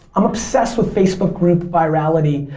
i'm obsessed with facebook group virality.